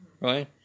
Right